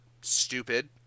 stupid